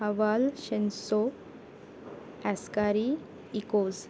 हवाल शेंसो एस्कारी इकोज